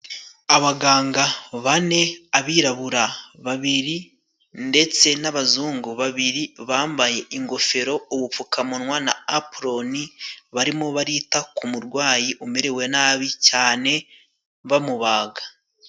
Abaganga bane, abirabura babiri ndetse n'abazungu babiri bambaye ingofero, ubupfukamunwa na apuroni, bari mo barita ku murwayi umerewe nabi cyane bamubaga.